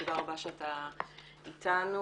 תודה רבה שאתה איתנו.